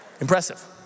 Impressive